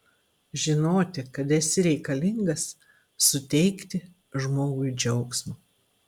žinoti kad esi reikalingas suteikti žmogui džiaugsmo